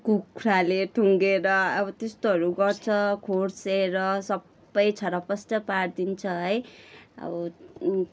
कुखुराले ठुँगेर अब त्यस्तोहरू गर्छ खोस्रिएर सबै छरपस्ट पारिदिन्छ है अब